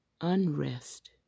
unrest